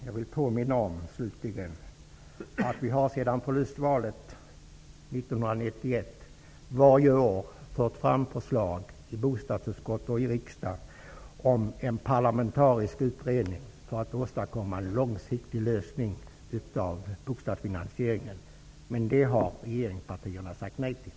Då vill jag slutligen påminna om att vi varje år sedan förlustvalet 1991 har fört fram förslag i bostadsutskottet och i riksdagen om en parlamentarisk utredning för att åstadkomma en långsiktig lösning av bostadsfinansieringen. Det har regeringspartierna sagt nej till.